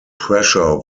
pressure